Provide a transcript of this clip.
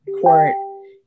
court